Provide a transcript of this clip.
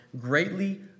greatly